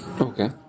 Okay